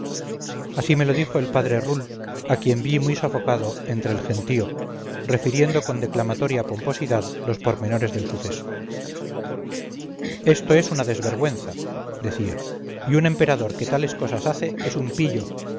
así me lo dijo el padre rull a quien vi muy sofocado entre el gentío refiriendo con declamatoria pomposidad los pormenores del suceso esto es una desvergüenza decía y un emperador que tales cosas hace es un pillo